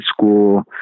school